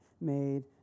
made